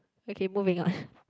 okay moving on